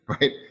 right